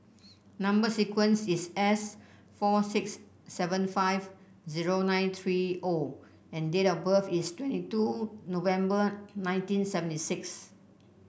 number sequence is S four six seven five zero nine three O and date of birth is twenty two November nineteen seventy six